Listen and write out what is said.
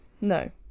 no